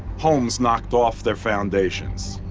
homes knocked off their foundations.